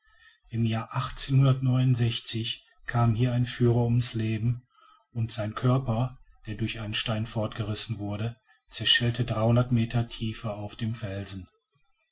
im jahre kam hier ein führer um's leben und sein körper der durch einen stein fortgerissen wurde zerschellte meter tiefer auf den felsen